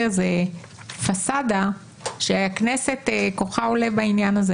איזו פסדה שכוחה של הכנסת עולה בעניין הזה